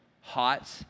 hot